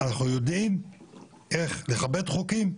אנחנו יודעים איך לכבד חוקים,